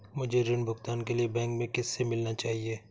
मुझे ऋण भुगतान के लिए बैंक में किससे मिलना चाहिए?